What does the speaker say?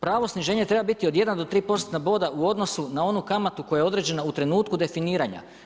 Pravo sniženje treba biti od 1 do 3% boda u odnosu na onu kamatu koja je određena u trenutku definiranja.